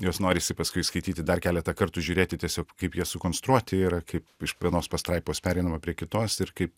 juos norisi paskui skaityti dar keletą kartų žiūrėti tiesiog kaip jie sukonstruoti yra kaip iš vienos pastraipos pereinama prie kitos ir kaip